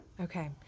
Okay